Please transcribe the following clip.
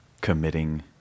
committing